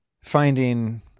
finding